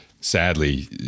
sadly